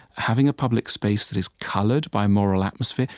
having a public space that is colored by moral atmosphere,